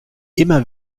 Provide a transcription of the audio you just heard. immer